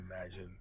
imagine